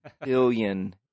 billion